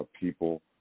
people